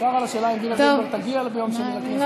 אפשר על השאלה אם דינה זילבר תגיע ביום שני לכנסת או לא.